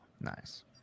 Nice